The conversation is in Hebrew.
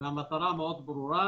והמטרה מאוד ברורה,